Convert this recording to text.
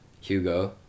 Hugo